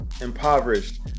impoverished